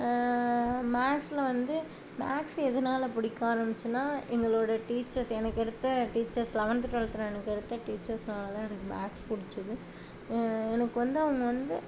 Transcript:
மேக்ஸில் வந்து மேத்ஸ் எதனால பிடிக்க ஆரமித்துன்னா எங்களோடய டீச்சர்ஸ் எனக்கு எடுத்த டீச்சர்ஸ் லெவென்த்து டுவெல்த்தில் எனக்கு எடுத்த டீச்சர்ஸ்னால் தான் எனக்கு மேத்ஸ் பிடிச்சிது எனக்கு வந்து அவங்க வந்து